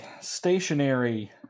stationary